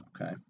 Okay